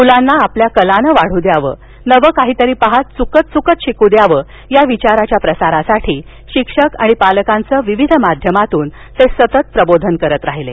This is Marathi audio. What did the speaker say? मुलांना आपल्या कलांन वाढू द्यावं नवं काहीतरी पाहात चुकत चुकत शिकू द्यावं या विचाराच्या प्रसारासाठी शिक्षक आणि पालकांचं विविध माध्यमातून प्रबोधन ते सतत करीत राहिले